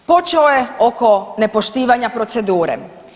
Počeo je oko nepoštivanja procedure.